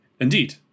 indeed